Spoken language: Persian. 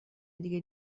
دیگه